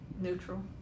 Neutral